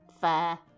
Fair